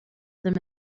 them